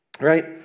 right